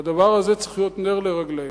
והדבר הזה צריך להיות נר לרגלינו.